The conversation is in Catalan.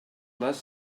les